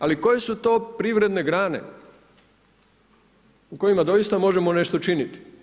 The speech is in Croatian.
Ali koje su to privredne grane u kojima doista možemo nešto činiti?